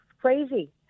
crazy